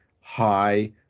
high